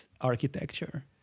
architecture